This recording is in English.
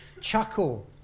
chuckle